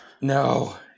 No